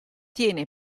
tiene